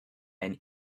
and